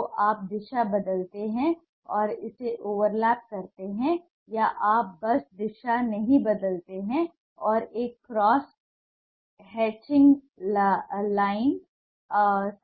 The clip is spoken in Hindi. तो आप दिशा बदलते हैं और इसे ओवरलैप करते हैं या आप बस दिशा नहीं बदलते हैं और एक क्रॉस हैचिंग लाइन